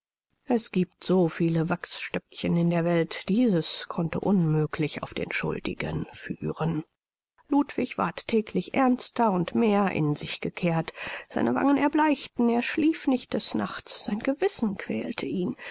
es giebt so viele wachsstöckchen in der welt dieses konnte unmöglich auf den schuldigen führen ludwig ward täglich ernster und mehr in sich gekehrt seine wangen erbleichten er schlief nicht des nachts sein gewissen quälte ihn